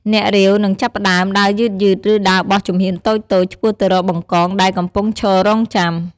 អ្នករាវ នឹងចាប់ផ្តើម ដើរយឺតៗ ឬដើរបោះជំហានតូចៗ ឆ្ពោះទៅរកបង្កង ដែលកំពុងឈររង់ចាំ។